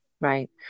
right